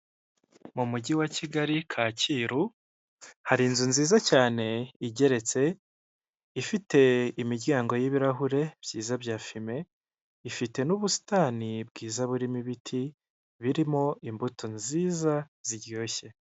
Mu mujyi wa Kigali Kacyiru hari inzu nziza cyane igeretse ifite imiryango y'ibirahure byiza bya fime, ifite n'ubusitani bwiza burimo ibiti birimo imbuto nziza ziryoshye.